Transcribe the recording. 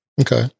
Okay